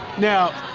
now,